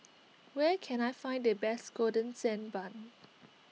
where can I find the best Golden Sand Bun